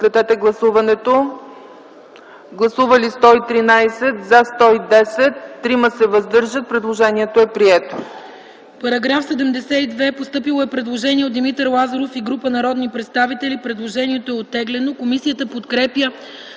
По § 72 има предложение от Димитър Лазаров и група народни представители. Предложението е оттеглено. Комисията подкрепя